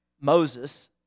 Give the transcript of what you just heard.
Moses